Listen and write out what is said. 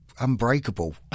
unbreakable